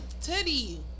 titty